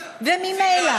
וממילא,